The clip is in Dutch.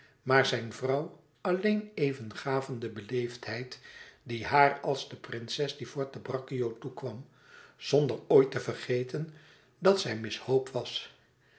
maar zijn vrouw alleen even gaven de beleefdheid die haar als de prinses di forte braccio toekwam zonder ooit te vergeten dat zij miss hope was